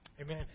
Amen